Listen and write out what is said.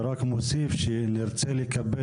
ורק מוסיף שנרצה לקבל